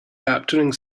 capturing